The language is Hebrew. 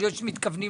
התכוונתי